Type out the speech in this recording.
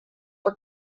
for